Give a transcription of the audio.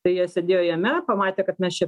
tai jie sėdėjo jame pamatė kad mes čia